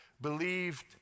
believed